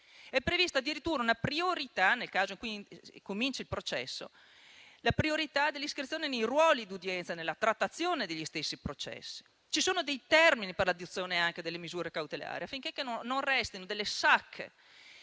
È prevista addirittura una priorità, nel caso in cui cominci il processo, dell'iscrizione nei ruoli di udienza e nella trattazione degli stessi processi. Ci sono dei termini per l'adozione delle misure cautelari affinché non restino delle sacche